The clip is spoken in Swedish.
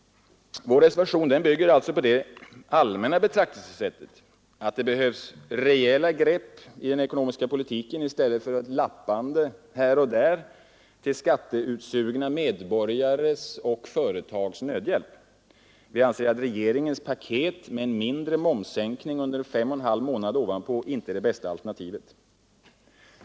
Vår reservation bygger alltså på det allmänna betraktelsesättet att det behövs rejäla grepp i den ekonomiska politiken i stället för ett lappande här och där till skatteutsugna medborgares och företags nödhjälp. Vi anser att regeringens paket med en mindre momssänkning ovanpå under fem och en halv månader inte är det bästa alternativet.